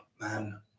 man